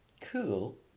Cool